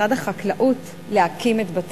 זה לא תפקידו של משרד החקלאות להקים את בתי-המטבחיים.